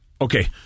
okay